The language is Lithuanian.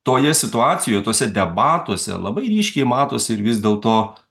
toje situacijoj tuose debatuose labai ryškiai matos ir vis dėlto